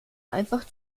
einfach